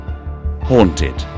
Haunted